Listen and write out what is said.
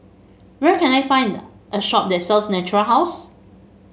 where can I find a shop that sells Natura House